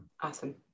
Awesome